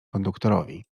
konduktorowi